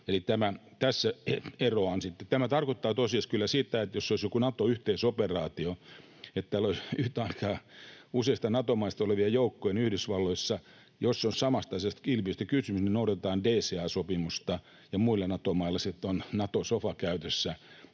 Tämä tarkoittaa tosiasiassa kyllä sitä, että jos olisi joku Naton yhteisoperaatio, niin että täällä olisi yhtä aikaa useista Nato-maista olevia joukkoja, jos on samasta asiasta, ilmiöstä, kysymys, niin Yhdysvalloissa noudatetaan DCA-sopimusta ja muilla Nato-mailla sitten on Nato-sofa käytössä.